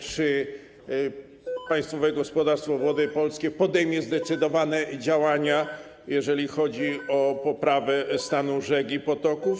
Czy państwowe gospodarstwo Wody Polskie podejmie zdecydowane działania, jeżeli chodzi o poprawę stanu rzek i potoków?